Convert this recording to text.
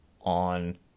on